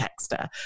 texter